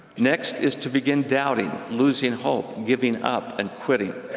next is to begin doubting, losing hope, giving up, and quitting.